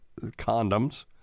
condoms